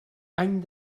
any